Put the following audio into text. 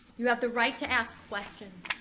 you have the right to ask questions.